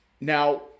Now